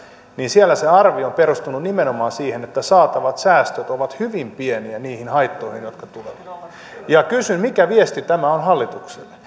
niin siellä se arvio on perustunut nimenomaan siihen että saatavat säästöt ovat hyvin pieniä niihin haittoihin nähden jotka tulevat kysyn mikä viesti tämä on hallitukselle